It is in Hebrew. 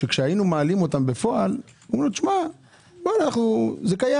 כשהיינו מעלים אותם בפועל הם אמרו: זה קיים,